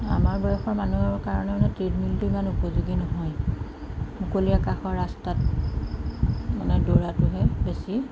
আমাৰ বয়সৰ মানুহৰ কাৰণে মানে ট্ৰেডমিলটো ইমান উপযোগী নহয় মুকলি আকাশৰ ৰাস্তাত মানে দৌৰাটোহে বেছি